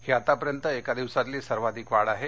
ही आतापर्यंत एका दिवसातली सर्वाधिक वाढ आहे